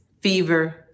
Fever